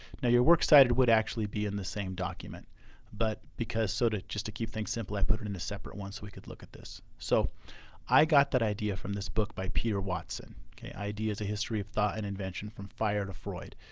now your works cited would actually be in the same document but because, so to just to keep things simple i've put it in a separate one so we could look at this. so i got that idea from this book by peter watson. ok ideas a history of the and invention from fire to freud.